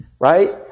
right